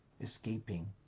escaping